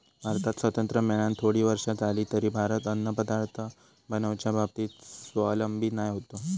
भारताक स्वातंत्र्य मेळान थोडी वर्षा जाली तरी भारत अन्नपदार्थ बनवच्या बाबतीत स्वावलंबी नाय होतो